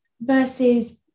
versus